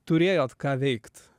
turėjot ką veikt